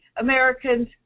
Americans